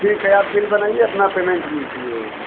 ठीक है आप बिल बनाइए अपना पेमेंट लीजिए